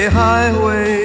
highway